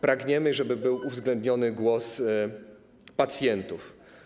Pragniemy, żeby był uwzględniony głos pacjentów.